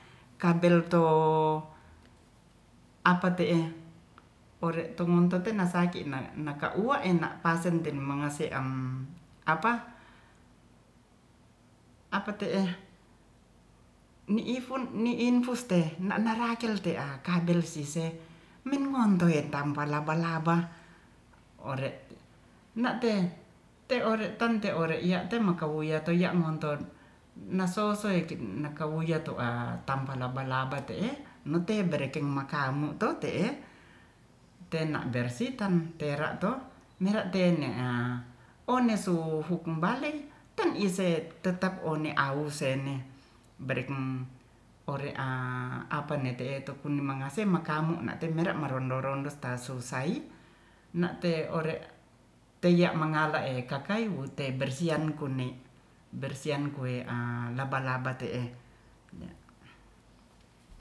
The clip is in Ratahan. Kabelto apa te'e ore'tumonto tenasaki na'naka uwa ena'pasen tem mangaseh apa- te'eh ni'ifun ni infus te nanaracel te'a kabel sise ming ngontoi etampar laba-laba ore' na'teh te'ore tan te'ore ya'te makawuyatoi ya'monton nasoso yekin nakawuyato a tampar laba-laba te'e nutebe barekeng makamu to te'e te'na bersih tan tera'to mera te'ne ah one su hukum bale tan ise tetap one'awusene berekem ore'a apa'ne te'eto kuni mangaseh makamu na'temere marondo-rondo stasusai na'te ore te'ya mangala e'kakai wute bersihan kune'bersihan kuwei'a laba-laba te'e ya'